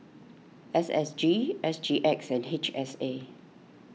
S S G S G X and H S A